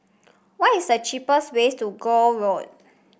what is the cheapest way to Gul Road